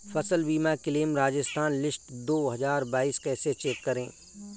फसल बीमा claim Rajasthan list दो हज़ार बाईस कैसे चेक करें?